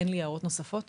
אין לי הערות נוספות.